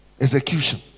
execution